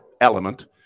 element